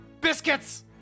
Biscuits